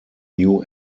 new